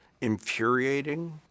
infuriating